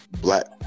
black